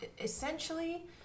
essentially